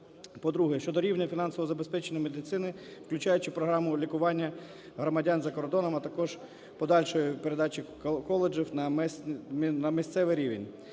По-друге, щодо рівня фінансового забезпечення медицини, включаючи програму лікування громадян за кордоном, а також подальшої передачі коледжів на місцевий рівень,